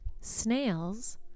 Snails